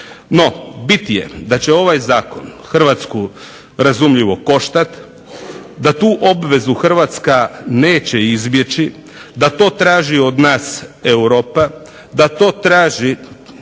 No, bit je da će ovaj zakon Hrvatsku razumljivo koštat, da tu obvezu Hrvatska neće izbjeći, da to traži od nas Europa, da to traži